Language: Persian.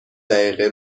دقیقه